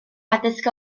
addysg